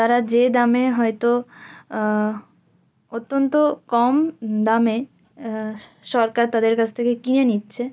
তারা যে দামে হয়তো অত্যন্ত কম দামে সরকার তাদের কাছ থেকে কিনে নিচ্ছে